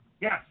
Yes